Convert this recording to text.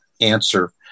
answer